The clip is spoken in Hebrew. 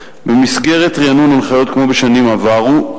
במסגרת רענון הנחיות כמו בשנים עברו,